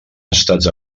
estats